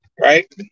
right